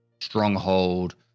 stronghold